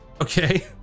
Okay